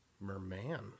Merman